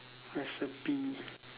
recipe